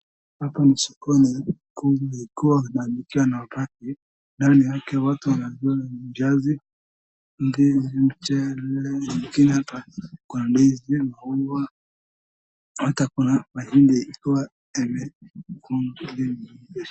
Hapa ni sokoni kubwa likiwa na mchwano wa kati, ndani yake watu wanaonyesha ni viazi ndizi mchele viazi wengine wanatoa kwa ndizi maua hata kuna mahindi ikiwa ime.